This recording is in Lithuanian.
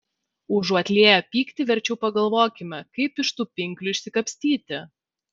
užuot lieję pyktį verčiau pagalvokime kaip iš tų pinklių išsikapstyti